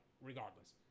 regardless